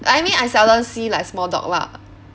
I mean I seldom see like small dog lah